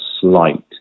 slight